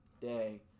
day